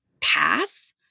pass